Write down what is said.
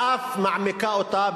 ואף מעמיקה אותה,